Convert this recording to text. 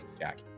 Jack